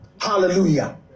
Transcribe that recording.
Hallelujah